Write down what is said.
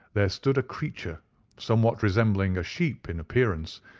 there stood a creature somewhat resembling a sheep in appearance,